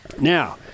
Now